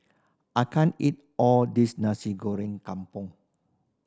I can't eat all this Nasi Goreng Kampung